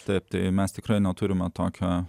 tapti mes tikrai neturime tokio